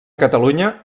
catalunya